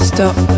Stop